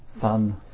Fun